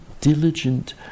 diligent